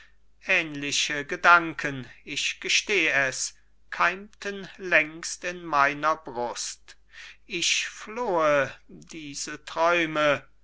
ähnliche gedanken ich gesteh es keimten längst in meiner brust ich flohe diese träume